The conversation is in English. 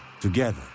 together